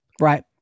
Right